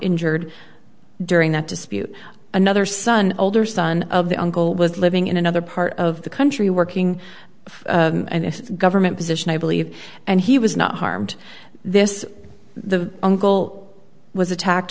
injured during that dispute another son older son of the uncle was living in another part of the country working and government position i believe and he was not harmed this the uncle was attacked